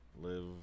Live